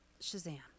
Shazam